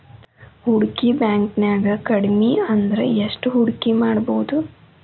ಹೂಡ್ಕಿ ಬ್ಯಾಂಕ್ನ್ಯಾಗ್ ಕಡ್ಮಿಅಂದ್ರ ಎಷ್ಟ್ ಹೂಡ್ಕಿಮಾಡ್ಬೊದು?